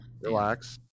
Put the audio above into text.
relax